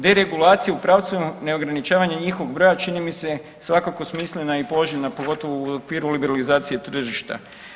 Deregulaciju u pravcu neograničavanja njihovog broja čini mi se svakako smislena i poželjna pogotovo u okviru liberalizacije tržišta.